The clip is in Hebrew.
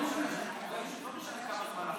לא משנה כמה זמן אחורה,